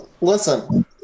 Listen